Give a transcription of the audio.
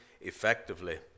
effectively